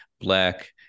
black